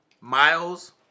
Miles